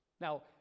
Now